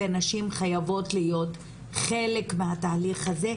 ונשים חייבות להיות חלק מהתהליך הזה,